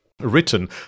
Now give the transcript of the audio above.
written